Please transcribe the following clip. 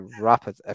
rapid